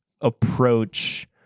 approach